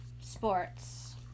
Sports